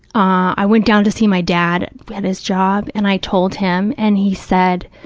ah i went down to see my dad at his job and i told him, and he said,